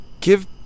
give